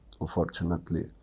unfortunately